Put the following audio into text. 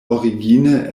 origine